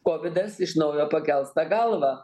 kovidas iš naujo pakels tą galvą